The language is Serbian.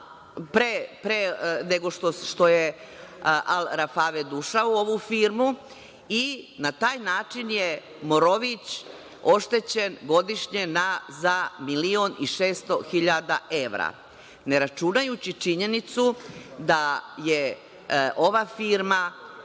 pre nego što je „Al Rawafed“ ušao u ovu firmu i na taj način je „Morović“ oštećen godišnje za 1 600 000 evra, ne računajući činjenicu da je ova firma